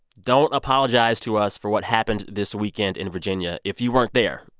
don't apologize to us for what happened this weekend in virginia if you weren't there,